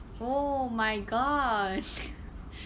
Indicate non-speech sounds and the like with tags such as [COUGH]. oh my gosh [BREATH]